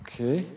Okay